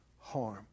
harm